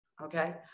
Okay